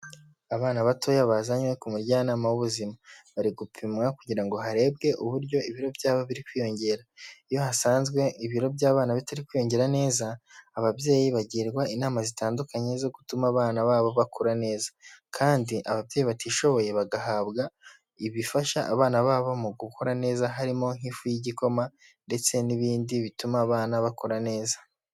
Abana batoya bazanywe ku mujyanama w'ubuzima, bari gupimwa kugira ngo harebwe uburyo ibiro byabo biri kwiyongera, iyo hasanzwe ibiro by'abana bitari kwiyongera neza, ababyeyi bagirwa inama zitandukanye zo gutuma abana babo bakura neza kandi ababyeyi batishoboye bagahabwa ibifasha abana babo mu gukora neza harimo nk'ifu y'igikoma ndetse n'ibindi bituma abana bakora neza.